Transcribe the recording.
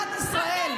במדינת ישראל,